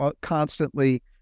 constantly